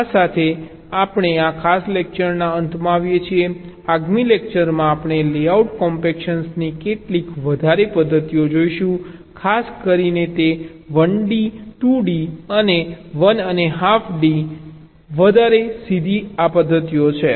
આ સાથે આપણે આ ખાસ લેકચરના અંતમાં આવીએ છીએ આગામી લેકચરમાં આપણે લેઆઉટ કોમ્પેક્શનની કેટલીક વધારે પદ્ધતિઓ જોઈશું ખાસ કરીને તે 1 D 2 D અને 1 અને હાફ D ની વધારે સીધી પદ્ધતિઓ છે